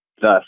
thus